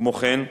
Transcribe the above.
כמו כן,